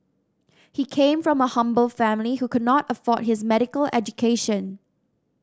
he came from a humble family who could not afford his medical education